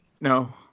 No